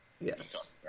Yes